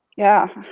yeah.